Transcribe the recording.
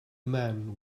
man